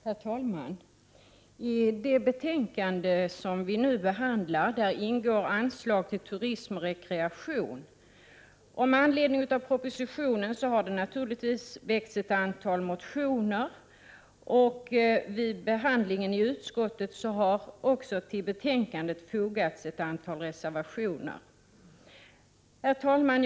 Herr talman! I det betänkande vi nu behandlar tas anslag till turism och rekreation upp. Med anledning av propositionen har naturligtvis ett antal motioner väckts. Vid behandlingen i utskottet har det till betänkandet fogats ett antal reservationer. Herr talman!